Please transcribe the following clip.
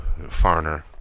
Farner